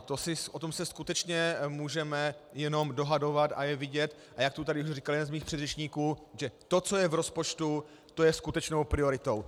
O tom se skutečně můžeme jenom dohadovat a je vidět, a jak to tady říkal jeden z mých předřečníků, že to, co je v rozpočtu, to je skutečnou prioritou.